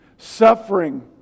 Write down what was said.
suffering